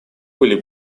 были